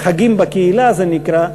"חגים בקהילה" זה נקרא,